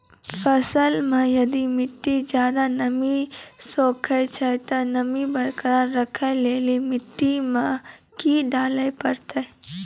फसल मे यदि मिट्टी ज्यादा नमी सोखे छै ते नमी बरकरार रखे लेली मिट्टी मे की डाले परतै?